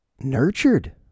nurtured